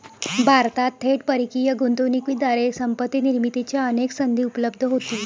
भारतात थेट परकीय गुंतवणुकीद्वारे संपत्ती निर्मितीच्या अनेक संधी उपलब्ध होतील